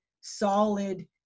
solid